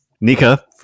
Nika